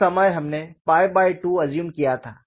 उस समय हमने 2अज़्यूम किया था